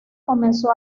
comenzó